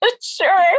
sure